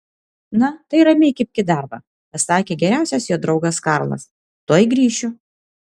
na tai ramiai kibk į darbą pasakė geriausias jo draugas karlas tuoj grįšiu